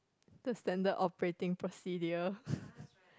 the Standard operating procedure